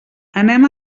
anem